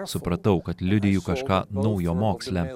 supratau kad liudiju kažką naujo moksle